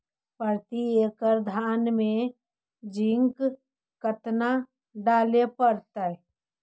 प्रती एकड़ धान मे जिंक कतना डाले पड़ताई?